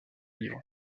livres